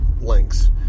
links